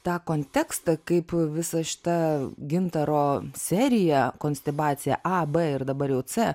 tą kontekstą kaip visa šita gintaro serija konstibacija a b ir dabar jau c